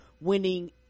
winning